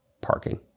parking